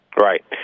Right